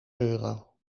euro